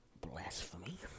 blasphemy